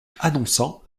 annonçant